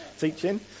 teaching